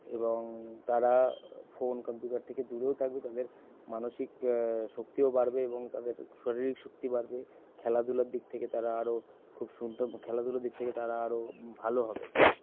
এবং তারা phone computer থেকে দূরেও থাকবে তাদের মানসিক শক্তিও বাড়বে এবং তাদের শরীরিক শক্তি বাড়বে খেলাধূলার দিক থেকে তারা আরও খুব সুন্দর খেলাধুলো দিক থেকে তারা আরও ভালো হবে